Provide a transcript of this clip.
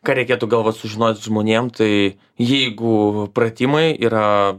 ką reikėtų gal vat sužinot žmonėm tai jeigu pratimai yra